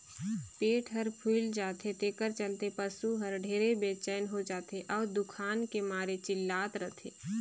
पेट हर फूइल जाथे तेखर चलते पसू हर ढेरे बेचइन हो जाथे अउ दुखान के मारे चिल्लात रथे